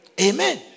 Amen